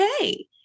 okay